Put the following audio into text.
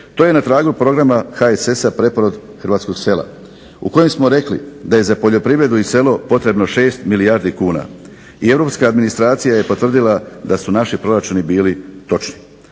To je na tragu programa HSS-a preporod hrvatskog sela, u kojem smo rekli da je za poljoprivredu i selo potrebno 6 milijardi kuna, i europska administracija je potvrdila da su naši proračuni bili točni.